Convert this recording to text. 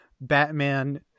Batman